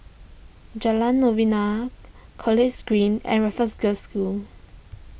Jalan Novena College Green and Raffles Girls' School